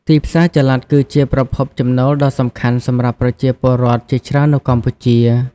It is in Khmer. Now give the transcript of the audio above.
ទីផ្សារចល័តគឺជាប្រភពចំណូលដ៏សំខាន់សម្រាប់ប្រជាពលរដ្ឋជាច្រើននៅកម្ពុជា។